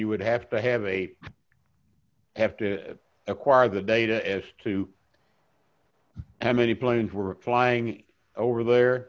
you would have to have a have to acquire the data as to how many planes were flying over there